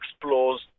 explores